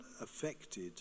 affected